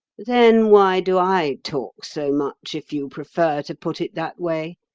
then why do i talk so much, if you prefer to put it that way?